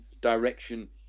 direction